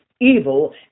evil